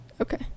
Okay